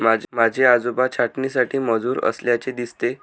माझे आजोबा छाटणीसाठी मजूर असल्याचे दिसते